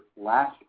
last